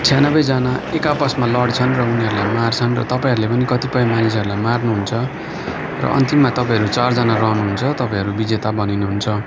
छ्यानब्बेजना एक आपसमा लड्छन् र उनीहरूलाई मार्छन् र तपाईँहरूले पनि कतिपय मानिसहरूलाई मार्नुहुन्छ र अन्तिममा तपाईँहरू चारजना रहनु हुन्छ र तपईँहरू विजेता बनिनु हुन्छ